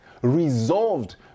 resolved